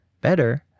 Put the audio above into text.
Better